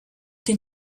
den